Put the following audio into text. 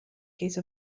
case